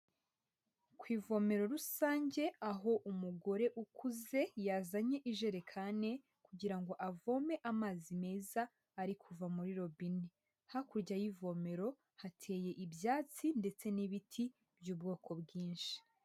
Ku ivomero rusange aho umugore ukuze yazanye ijerekani kugirango avome amazi meza ari kuva muri robine, hakurya y'ivomero hateye ibyatsi ndetse n'ibiti by'ubwoko bwinshi.